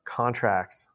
contracts